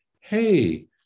hey